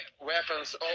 weapons